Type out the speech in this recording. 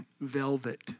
velvet